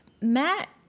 Matt